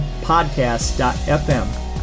podcast.fm